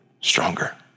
stronger